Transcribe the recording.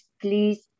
please